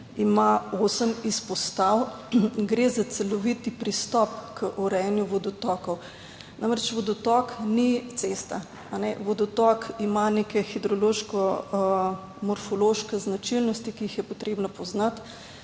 ima osem izpostav. Gre za celovit pristop k urejanju vodotokov. Namreč, vodotok ni cesta. Vodotok ima neke hidrološko morfološke značilnosti, ki jih je potrebno poznati